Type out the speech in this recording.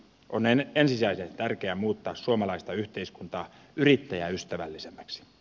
on ensisijaisen tärkeää muuttaa suomalaista yhteiskuntaa yrittäjäystävällisemmäksi